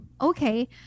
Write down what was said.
okay